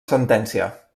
sentència